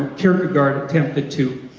kierkegaard attempted to,